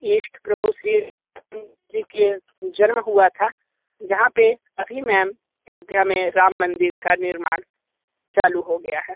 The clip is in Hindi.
इष्ट प्रभु श्री राम का जन्म हुआ था जहाँ पर अभी मैम अयोध्या में राम मंदिर का निर्माण चालू हो गया है